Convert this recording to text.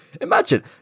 Imagine